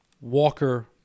Walker